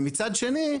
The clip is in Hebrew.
ומצד שני,